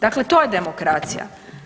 Dakle, to je demokracija.